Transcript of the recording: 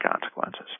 consequences